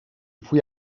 fui